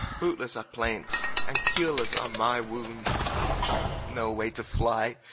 bootlesse are plaints, and curelesse are my wounds no way to flye,